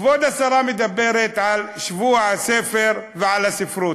כאשר כבוד השרה מדברת על שבוע הספר ועל הספרות,